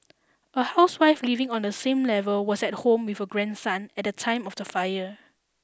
a housewife living on the same level was at home with her grandson at the time of the fire